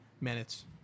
minutes